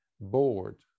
bored